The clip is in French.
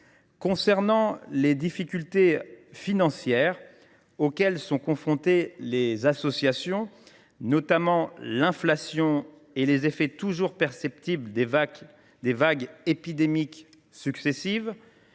faire face aux difficultés financières auxquelles elles sont confrontées, notamment l’inflation et les effets toujours perceptibles des vagues épidémiques successives,